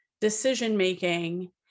decision-making